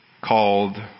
called